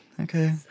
Okay